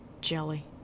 jelly